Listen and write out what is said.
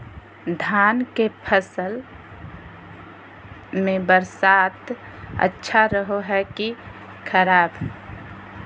धान के फसल में बरसात अच्छा रहो है कि खराब?